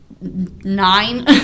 nine